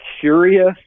curious